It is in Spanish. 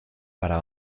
para